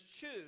choose